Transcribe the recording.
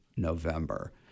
November